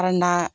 आरो ना